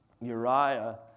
Uriah